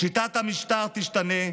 שיטת המשטר תשתנה,